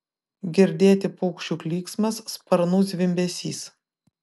girdėti paukščių klyksmas sparnų zvimbesys